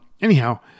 anyhow